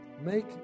Make